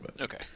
Okay